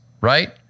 right